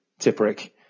Tipperick